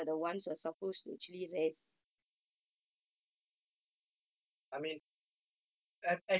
I mean um actually thinking about you know they have to save money they have to work to save money and then